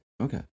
Okay